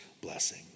blessing